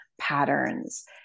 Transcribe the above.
patterns